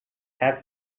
have